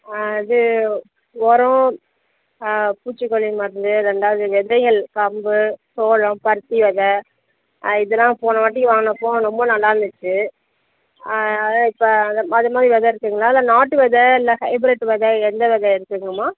ஆ இது உரோம் ஆ பூச்சிக்கொல்லி மருந்து ரெண்டாவது விதைகள் கம்பு சோளம் பருத்தி வெதை இதெல்லாம் போன வாட்டி வாங்கினப்போ ரொம்போ நல்லா இருந்துச்சு அதுதான் இப்போ அந்த மாரியான வெதை இருக்குங்களா இல்லை நாட்டு வெதை இல்லை ஹைப்ரெட்டு வெதை எந்த வெதை இருக்குதுங்கம்மா